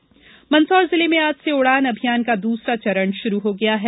उडान अभियान मंदसौर जिले में आज से उडान अभियान का दूसरा चरण शुरू हो गया है